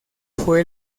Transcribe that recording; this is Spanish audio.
fue